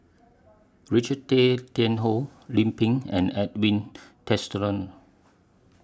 Richard Tay Tian Hoe Lim Pin and Edwin Tessensohn